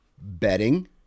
betting